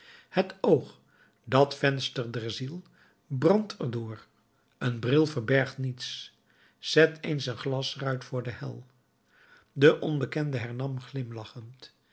het oog dat venster der ziel brandt er door een bril verbergt niets zet eens een glasruit voor de hel de onbekende hernam glimlachend